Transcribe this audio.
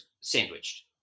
sandwiched